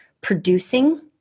producing